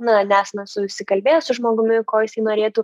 na nesame susikalbėję su žmogumi ko jisai norėtų